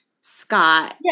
Scott